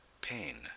pain